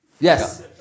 Yes